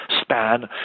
span